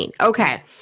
Okay